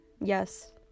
Yes